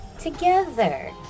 together